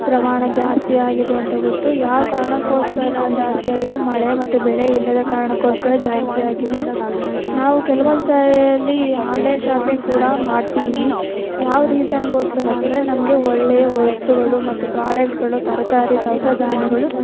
ಪ್ರಮಾಣ ಜಾಸ್ತಿ ಆಗಿದೆ ಅಂತ ಗೊತ್ತು ಯಾವ ಕಾರಣಕ್ಕೋಸ್ಕರ ಜಾಸ್ತಿ ಆಗಿದ್ದರೆ ಮಳೆ ಮತ್ತು ಬೆಳೆ ಇಲ್ಲದ ಕಾರಣಕ್ಕೋಸ್ಕರ ಜಾಸ್ತಿ ಆಗಿದೆ ನಾವು ಕೆಲವೊಂದು ಸಲ ಆನ್ಲೈನ್ ಶಾಪಿಂಗ್ ಕೂಡ ಮಾಡ್ತೀವಿ ಯಾವ ರೀಸನ್ಗೋಸ್ಕರ ಅಂದರೆ ನಮಗೆ ಒಳ್ಳೆಯ ವಸ್ತುಗಳು ಮತ್ತು ಪ್ರಾಡಕ್ಟ್ಗಳು ತರಕಾರಿ ದವಸ ಧಾನ್ಯಗಳು